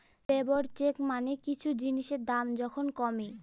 labour check মানে কিছু জিনিসের দাম যখন কমে